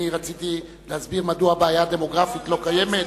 אני רציתי להסביר מדוע הבעיה הדמוגרפית לא קיימת.